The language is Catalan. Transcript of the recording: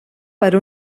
per